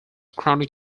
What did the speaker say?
chronic